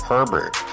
Herbert